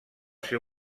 ser